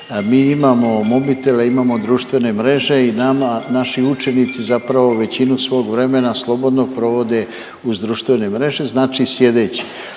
Mi imamo mobitele, imamo društvene mreže i nama naši učenici zapravo većinu svog vremena slobodnog provode uz društvene mreže, znači sjedeći.